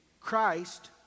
Christ